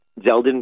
Zeldin